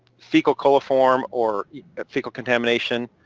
fecal coliform or fecal contamination,